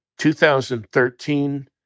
2013